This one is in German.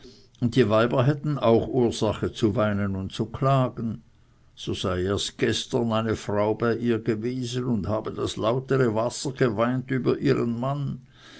und die weiber hätten auch ursache zu weinen und zu klagen so sei erst gestern eine frau bei ihr gewesen und habe das lautere wasser geweint über ihren mann